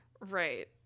Right